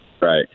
Right